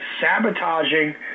sabotaging